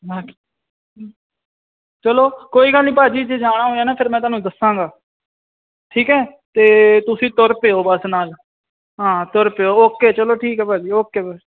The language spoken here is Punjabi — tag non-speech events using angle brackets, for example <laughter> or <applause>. <unintelligible> ਚਲੋ ਕੋਈ ਗੱਲ ਨਹੀਂ ਭਾਅ ਜੀ ਜੇ ਜਾਣਾ ਹੋਇਆ ਨਾ ਫਿਰ ਮੈਂ ਤੁਹਾਨੂੰ ਦੱਸਾਂਗਾ ਠੀਕ ਹੈ ਅਤੇ ਤੁਸੀਂ ਤੁਰ ਪਿਓ ਬਸ ਨਾਲ ਹਾਂ ਤੁਰ ਪਿਓ ਓਕੇ ਚਲੋ ਠੀਕ ਹੈ ਭਾਅ ਜੀ ਓਕੇ ਫੇਰ